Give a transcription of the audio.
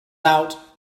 out